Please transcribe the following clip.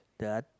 the